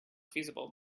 feasible